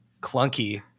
clunky